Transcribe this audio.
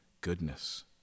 goodness